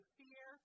fear